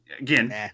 again